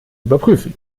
überprüfen